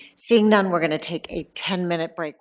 seeing none, we're going to take a ten minute break.